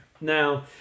now